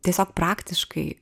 tiesiog praktiškai